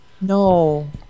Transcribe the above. No